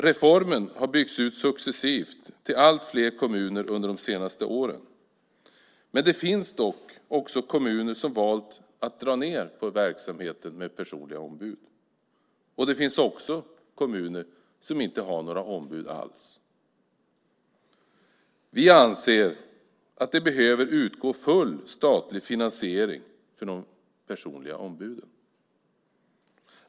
Reformen har byggts ut successivt till allt fler kommuner under de senaste åren. Det finns dock kommuner som valt att dra ned på verksamheten, och det finns också kommuner som inte har några ombud alls. Vi anser att det behöver utgå full statlig finansiering för de personliga ombuden.